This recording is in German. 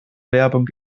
werbung